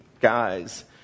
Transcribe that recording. guys